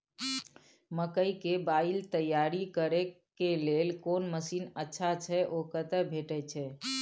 मकई के बाईल तैयारी करे के लेल कोन मसीन अच्छा छै ओ कतय भेटय छै